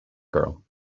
girl